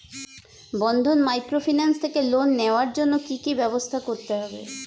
বন্ধন microfinance থেকে loan নেওয়ার জন্য কি কি ব্যবস্থা করতে হবে?